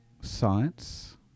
science